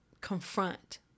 confront